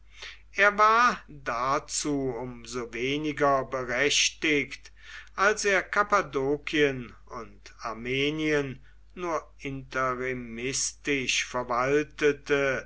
er war dazu um so weniger berechtigt als er kappadokien und armenien nur interimistisch verwaltete